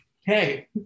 Hey